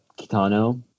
Kitano